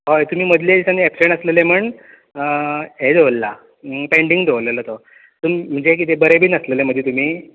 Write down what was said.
हय तुमी मदल्या दिसांनी एबसण आसलेले म्हण हें दवरलां पँडींग दवरलेलो तो तुम म्हणजे किदें बरें बी नासलेले मदीं तुमी